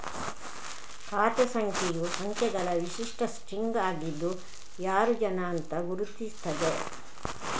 ಖಾತೆ ಸಂಖ್ಯೆಯು ಸಂಖ್ಯೆಗಳ ವಿಶಿಷ್ಟ ಸ್ಟ್ರಿಂಗ್ ಆಗಿದ್ದು ಯಾರು ಜನ ಅಂತ ಗುರುತಿಸ್ತದೆ